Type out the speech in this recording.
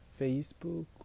Facebook